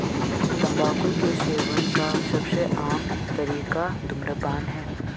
तम्बाकू के सेवन का सबसे आम तरीका धूम्रपान है